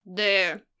There